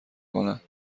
کند